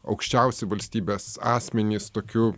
aukščiausi valstybės asmenys tokiu